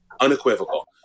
unequivocal